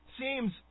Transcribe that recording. seems